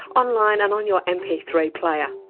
on line and on your m p three player.